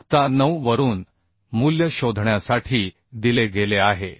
तक्ता 9 वरून मूल्य शोधण्यासाठी दिले गेले आहे